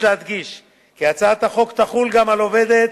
יש להדגיש כי הצעת החוק תחול גם על עובדת,